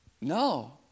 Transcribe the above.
No